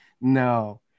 No